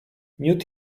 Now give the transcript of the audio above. miód